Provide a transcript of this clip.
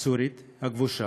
הסורית, הכבושה,